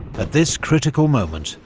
at this critical moment,